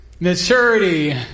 maturity